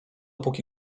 póki